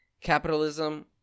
capitalism